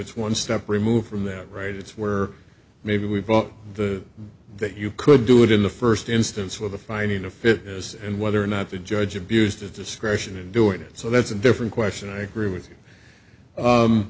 it's one step removed from that right it's where maybe we brought the that you could do it in the first instance where the finding of fitness and whether or not the judge abused his discretion in doing so that's a different question i agree with